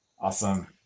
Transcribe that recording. Awesome